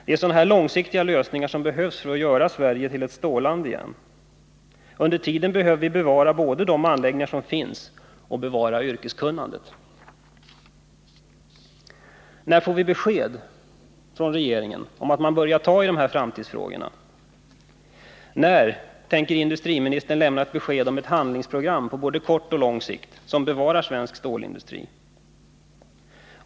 Det är sådana här långsiktiga lösningar som behövs för att göra Sverige till ett stålland igen. Under tiden behöver vi bevara både de anläggningar som finns och yrkeskunnandet. När får vi besked om att regeringen börjar ta i de här framtidsfrågorna? När tänker industriministern lämna ett besked om ett handlingsprogram på både kort och lång sikt som bevarar svensk stålindustri?